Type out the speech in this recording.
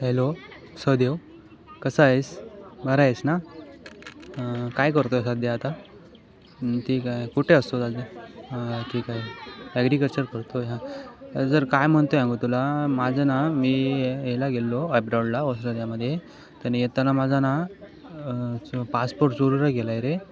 hello Sahdev कसा आहेस बरा आहेस ना काय करतो आहे सध्या आता ठीक आहे कुठे असतो सध्या ठीक आहे ॲग्रीकल्चर करतो आहे जर काय म्हणतो आहे आम्ही तुला माझं ना मी याला गेलो एब्रॉडला ऑस्ट्रेलियामध्ये तर येताना माझा ना पासपोर्ट चोरीला गेला आहे रे